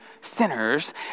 sinners